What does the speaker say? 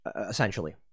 essentially